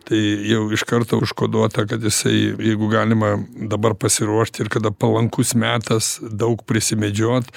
tai jau iš karto užkoduota kad jisai jeigu galima dabar pasiruošt ir kada palankus metas daug prisimedžiot